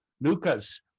Lucas